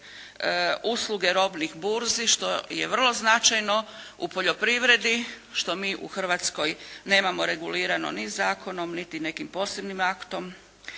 usluge robnih burzi što je vrlo značajno u poljoprivredi što mi u Hrvatskoj nemamo regulirano ni zakonom, niti nekim posebnim aktom.